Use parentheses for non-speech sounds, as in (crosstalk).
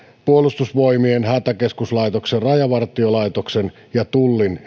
puolustusvoimien hätäkeskuslaitoksen rajavartiolaitoksen ja tullin (unintelligible)